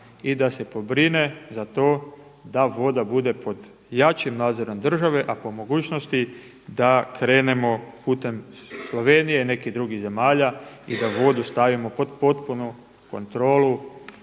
i da se pobrine za to da voda bude pod jačim nadzorom države, a po mogućnosti da krenemo putem Slovenije, nekih drugih zemalja i da vodu stavimo pod potpunu kontrolu